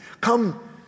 Come